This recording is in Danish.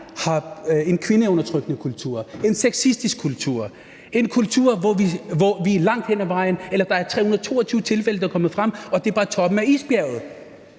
har en kvindeundertrykkende kultur, en sexistisk kultur. Der er 322 tilfælde, der er kommet frem, og det er bare toppen af isbjerget.